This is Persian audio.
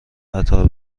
قطار